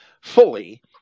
fully